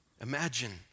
Imagine